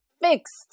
fixed